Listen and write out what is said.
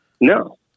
No